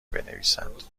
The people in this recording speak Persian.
بنویسد